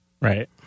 Right